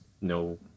no